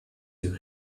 you